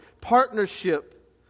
partnership